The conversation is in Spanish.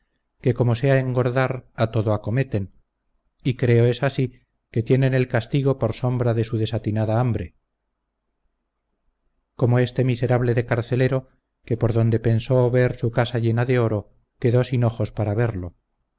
que como sea engordar a todo acometen y creo es así que tienen el castigo por sombra de su desatinada hambre como este miserable de carcelero que por donde pensó ver su casa llena de oro quedó sin ojos para verlo